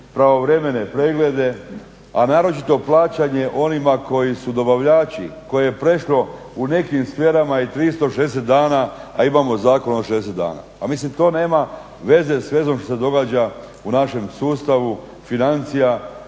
pravovremene preglede, a naročito plaćanje onima koji su dobavljači, koje je prešlo u nekim sferama i 360 dana, a imamo zakon od 60 dana. Pa mislim to nema veze s vezom što se događa u našem sustavu financija